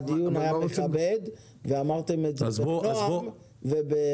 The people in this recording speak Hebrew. הדיון היה מכבד ואמרתם את זה בנועם ובעדינות.